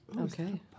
Okay